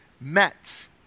met